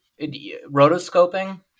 rotoscoping